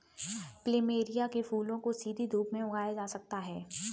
plumeria के फूलों को सीधी धूप में उगाया जा सकता है